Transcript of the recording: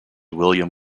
william